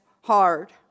hard